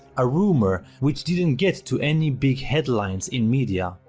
a rumor which didn't get to any big headlines in media.